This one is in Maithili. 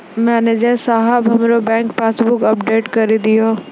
मनैजर साहेब हमरो बैंक पासबुक अपडेट करि दहो